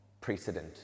Precedent